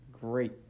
great